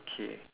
okay